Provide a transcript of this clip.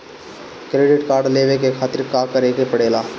Credit card लेवे के खातिर का करेके पड़ेला?